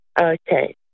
Okay